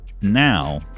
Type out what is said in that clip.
Now